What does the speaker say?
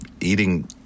eating